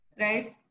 right